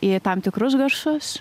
į tam tikrus garsus